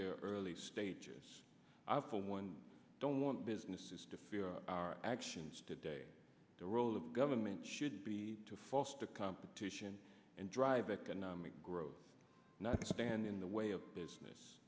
their early stages i for one don't want businesses to fear our actions today the role of government should be to foster competition and drive economic growth not stand in the way of business